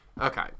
Okay